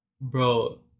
bro